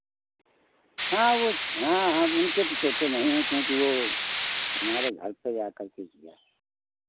हाँ वह हाँ हाँ उनके तो चोटें नहीं हैं क्योंकि वह हमारे घर पर जाकर के किया